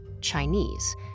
Chinese